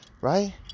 Right